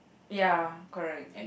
ya correct